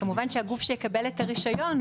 גוף שיקבל את הרישיון,